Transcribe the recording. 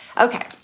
Okay